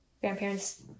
grandparents